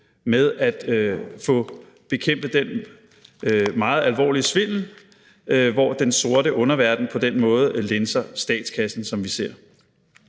med at få bekæmpet den meget alvorlige svindel, hvor den sorte underverden på den måde lænser statskassen. Derfor skal